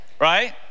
Right